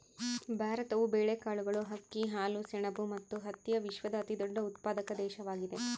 ಭಾರತವು ಬೇಳೆಕಾಳುಗಳು, ಅಕ್ಕಿ, ಹಾಲು, ಸೆಣಬು ಮತ್ತು ಹತ್ತಿಯ ವಿಶ್ವದ ಅತಿದೊಡ್ಡ ಉತ್ಪಾದಕ ದೇಶವಾಗಿದೆ